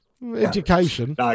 Education